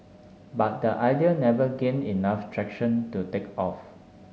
but the idea never gained enough traction to take off